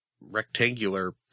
rectangular